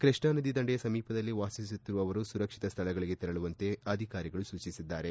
ಕೃಷ್ಣಾ ನದಿ ದಂಡೆಯ ಸಮೀಪದಲ್ಲಿ ವಾಸಿಸುತ್ತಿರುವವರು ಸುರಕ್ಷಿತ ಸ್ಥಳಗಳಿಗೆ ತೆರಳುವಂತೆ ಅಧಿಕಾರಿಗಳು ಸೂಚಿಸಿದ್ದಾರೆ